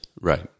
Right